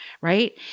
Right